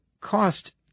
cost